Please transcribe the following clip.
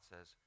says